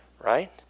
right